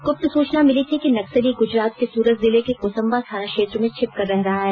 गुप्त सूचना मिली थी कि नक्सली गुजरात के सूरत जिले के कोसंबा थाना क्षेत्र में छिपकर रह रहा है